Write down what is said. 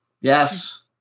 Yes